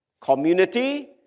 community